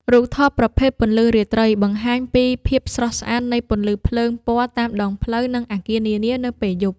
រូបថតប្រភេទពន្លឺរាត្រី បង្ហាញពីភាពស្រស់ស្អាតនៃពន្លឺភ្លើងពណ៌តាមដងផ្លូវ និងអាគារនានានៅពេលយប់។